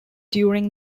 during